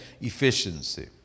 efficiency